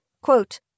Quote